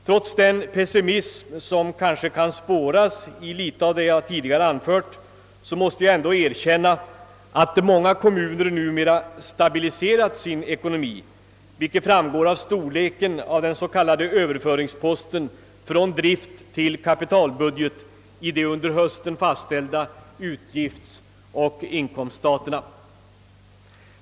Trots den pessimism som kanske kan spåras i något av vad jag anfört, måste jag ändå erkänna att många kommuner numera stabiliserat sin ekonomi, vilket framgår av storleken på den s.k. överföringsposten från drifttill kapitalbudgeten i de under hösten fastställda utgiftsoch inkomststaterna.